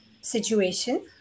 situation